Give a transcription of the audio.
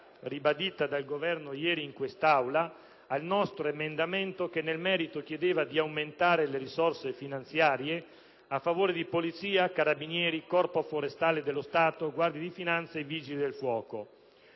ribadita dal Governo ieri in questa Aula al nostro emendamento che, nel merito, chiedeva di aumentare le risorse finanziare a favore di Polizia, Carabinieri, Corpo forestale dello Stato, Guardia di finanza e Vigili del fuoco.